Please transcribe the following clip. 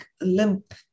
limp